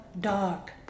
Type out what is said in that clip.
dark